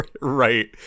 Right